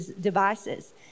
devices